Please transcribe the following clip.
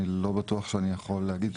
אז אני לא בטוח שאני יכול להגיד,